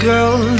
Girl